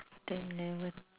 ten eleven